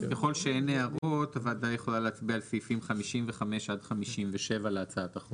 ככל שאין הערות הוועדה יכולה להצביע על סעיפים 55 עד 57 להצעת החוק.